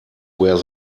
where